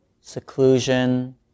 seclusion